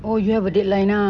orh you have a deadline ah